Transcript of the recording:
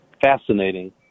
Fascinating